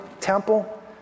temple